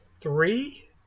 three